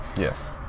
yes